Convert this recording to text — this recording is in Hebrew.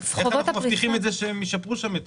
איך אנחנו מבטיחים את זה שהם ישפרו שם?